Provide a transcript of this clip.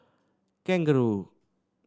kangaroo